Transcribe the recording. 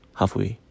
halfway